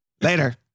later